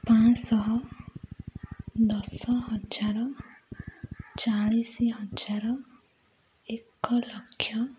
ପାଞ୍ଚଶହ ଦଶ ହଜାର ଚାଳିଶି ହଜାର ଏକ ଲକ୍ଷ